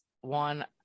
one